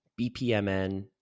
BPMN